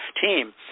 team